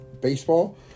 Baseball